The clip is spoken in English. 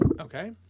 okay